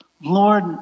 Lord